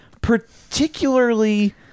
particularly